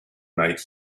night